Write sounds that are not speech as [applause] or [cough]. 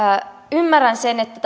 ymmärrän sen että [unintelligible]